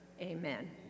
amen